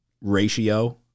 ratio